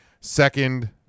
second